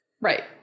right